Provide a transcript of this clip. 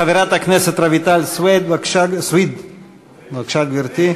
חברת הכנסת רויטל סויד, בבקשה, גברתי.